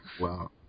Wow